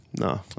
No